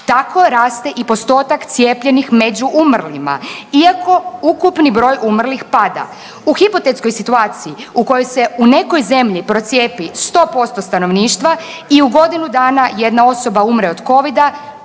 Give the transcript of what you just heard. tako raste i postotak cijepljenih među umrlima, iako ukupni broj umrlih pada. U hipotetskoj situaciji u kojoj se u nekoj zemlji procijepi 100% stanovništva i u godinu dana jedna osoba umre od covida